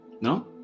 No